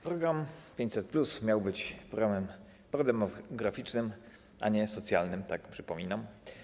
Program 500+ miał być programem prodemograficznym, a nie socjalnym, przypominam.